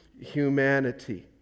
humanity